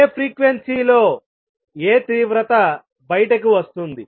ఏ frequency లో ఏ తీవ్రత బయటకు వస్తుంది